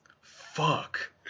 Fuck